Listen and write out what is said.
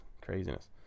craziness